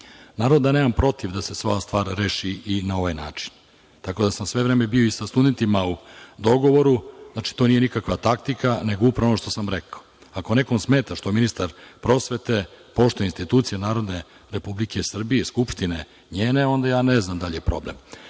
Naravno da nemam protiv da se ova stvar reši i na ovaj način, tako da sam sve vreme bio i sa studentima u dogovoru. Znači, to nije nikakva taktika, nego upravo ono što sam rekao. Ako nekom smeta što ministar prosvete poštuje institucije Narodne Republike Srbije i Skupštine njene, onda ne znam da li je problem.I